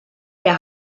der